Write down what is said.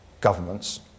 governments